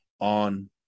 on